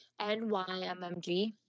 NYMMG